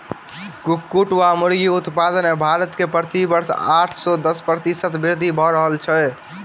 कुक्कुट वा मुर्गी उत्पादन मे भारत मे प्रति वर्ष आठ सॅ दस प्रतिशत वृद्धि भ रहल छै